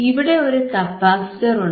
ഇവിടെ ഒരു കപ്പാസിറ്ററുണ്ട്